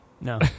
No